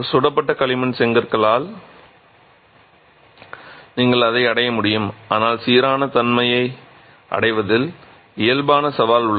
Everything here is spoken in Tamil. சுடப்பட்ட களிமண் செங்கற்களால் நீங்கள் அதை அடைய முடியும் ஆனால் சீரான தன்மையை அடைவதில் இயல்பான சவால் உள்ளது